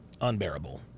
unbearable